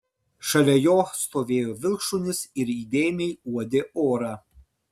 šalia jo stovėjo vilkšunis ir įdėmiai uodė orą